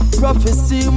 prophecy